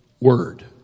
Word